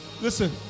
Listen